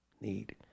need